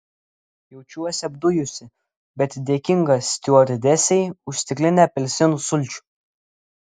jaučiuosi apdujusi bet dėkinga stiuardesei už stiklinę apelsinų sulčių